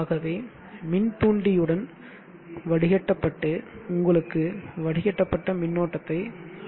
ஆகவே மின் தூண்டியுடன் வடிகட்டப்பட்டு உங்களுக்கு வடிகட்டப்பட்ட மின்னோட்டத்தை அளிக்கிறது